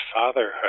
fatherhood